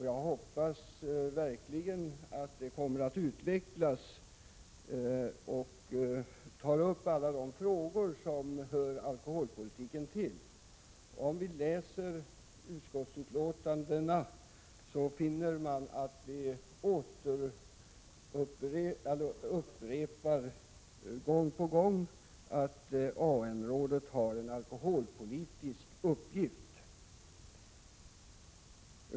Jag hoppas verkligen på en utveckling i detta avseende och att man skall ta upp alla de frågor som hör hemma på alkoholpolitikens område. Om vi läser utskottsbetänkandena, finner vi att man gång på gång upprepar att AN-rådet har en alkoholpolitisk uppgift.